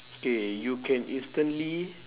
K you can instantly